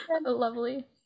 Lovely